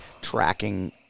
tracking